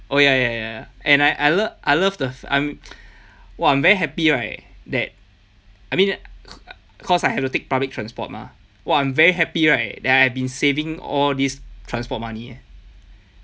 oh ya ya ya ya and I I lo~ I love the I'm !wah! I'm very happy right that I mean cause I have to take public transport mah !wah! I'm very happy right that I've been saving all these transport money eh